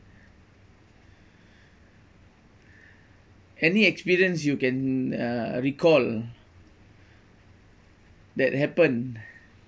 any experience you can uh recall that happen